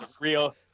real